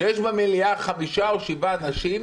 שיש במליאה חמישה או שבעה אנשים,